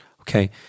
Okay